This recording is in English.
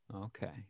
okay